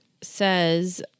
says